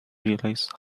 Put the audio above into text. realize